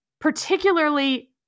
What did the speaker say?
particularly